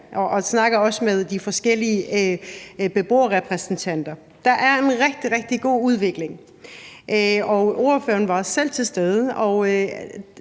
og snakker også med de forskellige beboerrepræsentanter. Der er en rigtig, rigtig god udvikling. Ordføreren var også selv til stede,